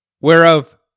Whereof